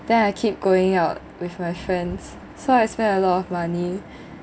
then I keep going out with my friends so I spend a lot of money